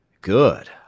Good